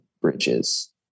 Bridges